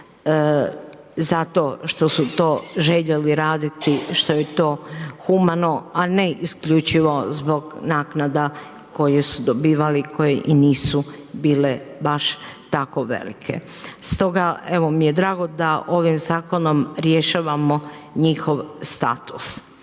zato što su to željeli raditi, što je to humano, a ne isključivo zbog naknada koje su dobivale, koje i nisu bile baš tako velike. Stoga mi je drago da ovim zakonom rješavamo njihov status.